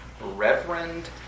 Reverend